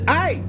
Hey